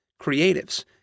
creatives